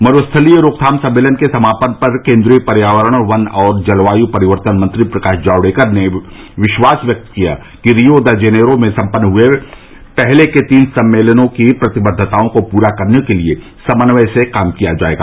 मरूस्थलीकरण रोकथाम सम्मेलन के समापन पर केन्द्रीय पर्यावरण वन और जलवायु परिवर्तन मंत्री प्रकाश जावड़ेकर ने विश्वास व्यक्त किया कि रियो द जेनेरो में सम्पन्न हुए पहले के तीन सम्मेलनों की प्रतिबद्वताओं को पूरा करने के लिए समन्वय से काम किया जायेगा